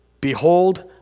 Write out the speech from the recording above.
Behold